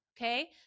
okay